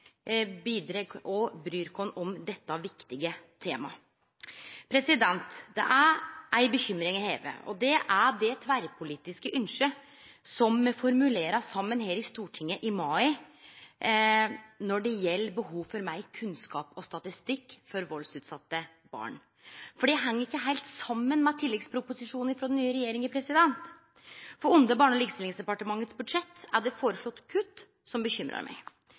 bidreg og bryr oss om dette viktige temaet. Det er éi bekymring eg har, og det er at det tverrpolitiske ønsket som me formulerte saman her i Stortinget i mai når det gjeld behovet for meir kunnskap og statistikk for valdsutsette barn, ikkje heng saman med tilleggsproposisjonen frå den nye regjeringa. For under Barne- og likestillingsdepartementets budsjett er det føreslått kutt, som bekymrar meg.